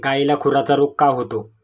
गायीला खुराचा रोग का होतो?